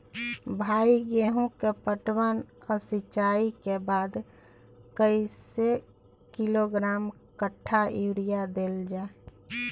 भाई गेहूं के पटवन आ सिंचाई के बाद कैए किलोग्राम कट्ठा यूरिया देल जाय?